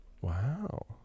wow